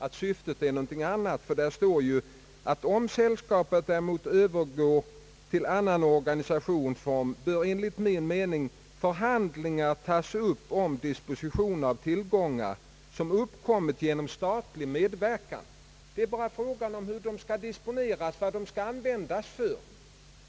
Där står ju: »Om sällskapet däremot övergår till annan organisationsform, bör enligt min mening förhandlingar tas upp om disposition av tillgångar som uppkommit genom statlig medverkan.» Det är bara fråga om hur pengarna skall användas.